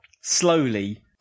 slowly